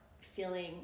feeling-